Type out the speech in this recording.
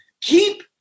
keep